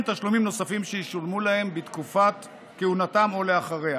תשלומים נוספים שישולמו להם בתקופת כהונתם או אחריה.